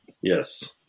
Yes